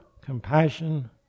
compassion